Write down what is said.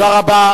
תודה רבה.